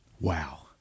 Wow